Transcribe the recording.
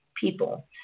people